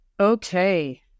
Okay